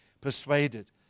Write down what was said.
persuaded